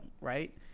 right